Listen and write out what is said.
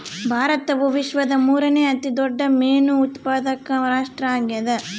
ಭಾರತವು ವಿಶ್ವದ ಮೂರನೇ ಅತಿ ದೊಡ್ಡ ಮೇನು ಉತ್ಪಾದಕ ರಾಷ್ಟ್ರ ಆಗ್ಯದ